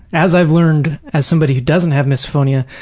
as i've learned as somebody who doesn't have misophonia,